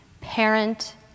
Parent